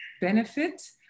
benefit